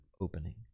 opening